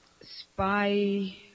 Spy